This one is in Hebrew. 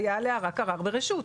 היה עליה רק ערר ברשות.